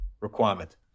requirement